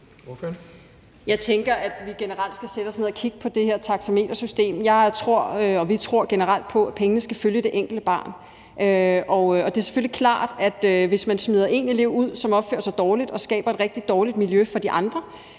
Jeg tænker, at vi generelt skal sætte os ned og kigge på det her taxametersystem. Jeg tror og vi tror generelt på, at pengene skal følge det enkelte barn. Det er selvfølgelig klart, at hvis man smider en elev ud, som opfører sig dårligt og skaber et rigtig dårligt miljø for de andre,